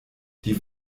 die